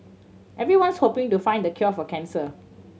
everyone's hoping to find the cure for cancer